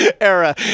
era